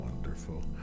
wonderful